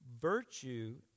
virtue